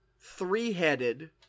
three-headed